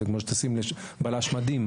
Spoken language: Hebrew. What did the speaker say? זה כמו שתשים על בלש מדים,